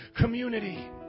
community